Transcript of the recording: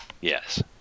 Yes